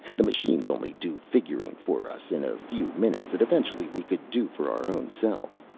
the machines only do figuring for us in a few minutes that eventually we could do for our own selves.